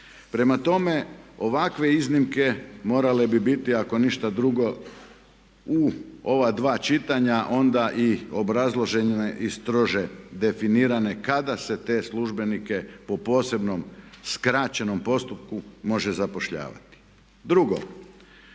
Prema tome, ovakve iznimke morale bi biti ako ništa drugo u ova dva čitanja onda i obrazložena i strože definirane kada se te službenike po posebnom skraćenom postupku može zapošljavati. Drugo,